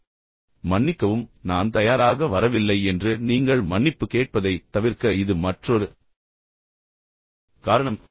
மன்னிக்கவும் மன்னிக்கவும் நான் தயாராக வரவில்லை என்று நீங்கள் மன்னிப்பு கேட்பதைத் தவிர்க்க இது மற்றொரு காரணம்